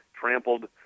trampled